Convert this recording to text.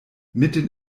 mitten